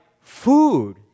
food